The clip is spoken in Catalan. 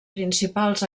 principals